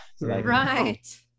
Right